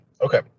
Okay